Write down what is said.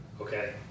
Okay